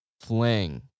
fling